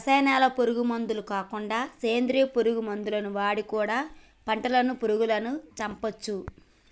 రసాయనాల పురుగు మందులు కాకుండా సేంద్రియ పురుగు మందులు వాడి కూడా పంటను పురుగులను చంపొచ్చు